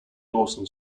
dawson